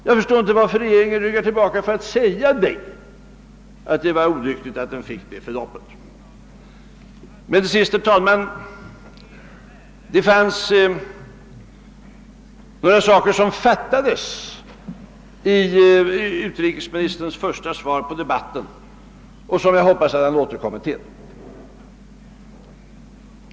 Jag förstår inte varför regeringen ryggar tillbaka för att säga att det var olyckligt att demonstrationen fick det förloppet. Det fattades en del i utrikesministerns första svar i denna debatt, och jag hoppas att han återkommer härtill.